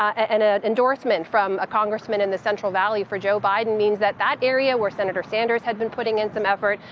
and an endorsement from a congressman in the central valley for joe biden means that that area, where senator sanders had been putting in some effort,